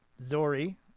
Zori